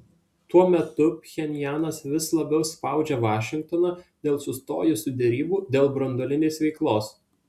tuo metu pchenjanas vis labiau spaudžia vašingtoną dėl sustojusių derybų dėl branduolinės veiklos